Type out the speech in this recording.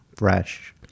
fresh